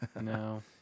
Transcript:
No